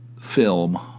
film